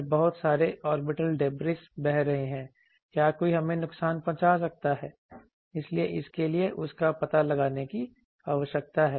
फिर बहुत सारे ऑर्बिटल डबरीज बह रहे हैं क्या कोई हमें नुकसान पहुंचा सकता है इसलिए इसके लिए उस का पता लगाने की आवश्यकता है